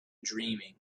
dreaming